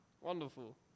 Wonderful